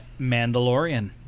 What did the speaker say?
Mandalorian